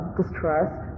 distrust